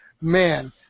man